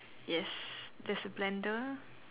yes that's a blender